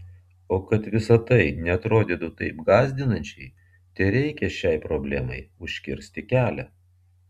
o kad visa tai neatrodytų taip gąsdinančiai tereikia šiai problemai užkirsti kelią